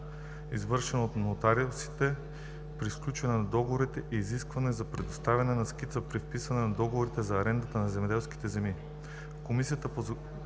извършвана от нотариусите при сключването на договори и изискването за предоставяне на скица при вписването на договорите за аренда на земеделска земя. В Комисията по